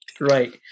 right